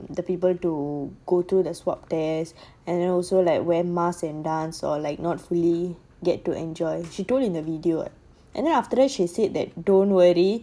um the people to go through the swab test and also like wear masks and dance or like not fully get to enjoy she told in the video what and then after that she said that don't worry